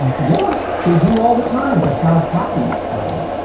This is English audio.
yeah, they do all the time. but how happy are they?